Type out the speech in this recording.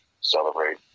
celebrate